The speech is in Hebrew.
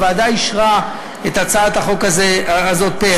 הוועדה אישרה את הצעת החוק הזאת פה אחד,